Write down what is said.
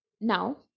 now